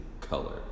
color